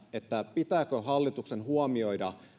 siitä pitääkö hallituksen huomioida